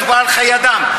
מדובר על חיי אדם,